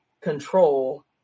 control